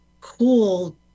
cool